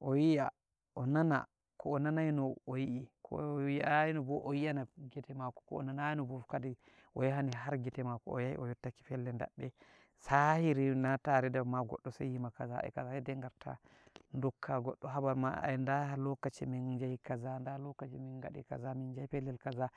o yi'a, onana ko'o nanaino o yi'i eko o yi'ayino bo o yi'a na gitemako ko onanayi no bo kadi oyahanai har gitemako o yahi o yottak e pellel daɗɗe sahiri natare de ma goɗɗo sai wima kaza e kaza e kaza saidai ngatta dokka goɗɗo habar ma en - da lokaci min njahi kaza da lokaci min ngadi kaza min njahi pellel kaza